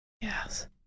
Yes